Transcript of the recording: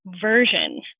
version